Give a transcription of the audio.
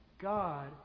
God